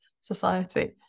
society